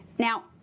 Now